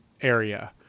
area